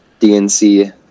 DNC